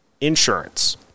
insurance